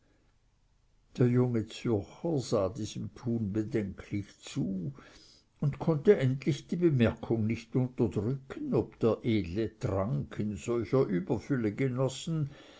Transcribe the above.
der junge zürcher sah diesem tun bedenklich zu und konnte endlich die bemerkung nicht unterdrücken ob der edle trank in solcher überfülle genossen